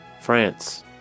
France